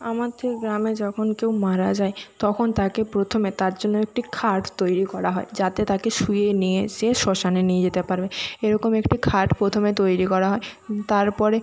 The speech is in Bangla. আমাদের গ্রামে যখন কেউ মারা যায় তখন তাকে প্রথমে তার জন্য একটি খাট তৈরি করা হয় যাতে তাকে শুইয়ে নিয়ে সে শ্মশানে নিয়ে যেতে পারবে এরকমই একটি খাট প্রথমে তৈরি করা হয় তারপরে